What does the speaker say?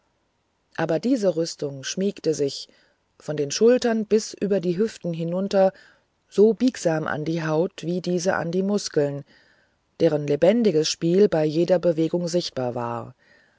aber diese rüstung schmiegte sich von den schultern bis über die hüfte hinunter so biegsam an die haut wie diese an die muskeln deren lebendiges spiel bei jeder bewegung sichtbar war